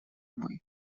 мой